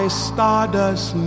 stardust